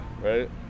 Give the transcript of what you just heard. right